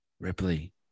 Ripley